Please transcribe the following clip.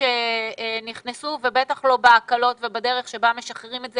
אנחנו מתחשבים.